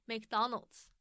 McDonald's